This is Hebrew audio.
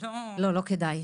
לא כדאי.